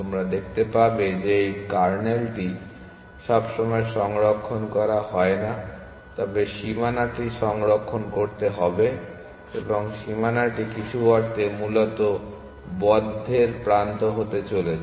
তোমরা দেখতে পাবে যে এই কার্নেলটি সবসময় সংরক্ষণ করা হয় না তবে সীমানাটি সংরক্ষণ করতে হবে এবং সীমানাটি কিছু অর্থে মূলত বন্ধের প্রান্ত হতে চলেছে